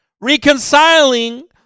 reconciling